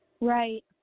Right